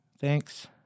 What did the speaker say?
Thanks